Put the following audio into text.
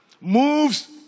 moves